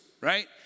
right